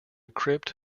crypt